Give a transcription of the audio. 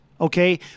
Okay